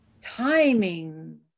timing